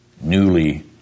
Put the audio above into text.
newly